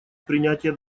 принятия